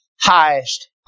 highest